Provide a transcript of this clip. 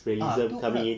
ah tu kau nak